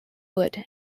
wood